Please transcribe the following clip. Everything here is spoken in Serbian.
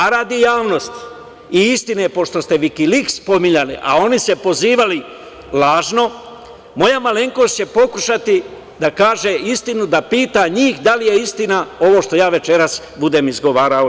A radi javnosti i istine, pošto ste Vikiliks pominjali, a oni se pozivali lažno, moja malenkost će pokušati da kaže istinu, da pita njih da li je istina ovo što ja večeras budem izgovarao.